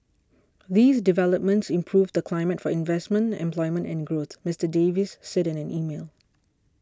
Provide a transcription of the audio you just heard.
these developments improve the climate for investment employment and growth Mister Davis said in an email